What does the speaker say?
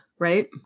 Right